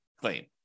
claim